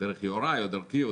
דרך יוראי או דרכי,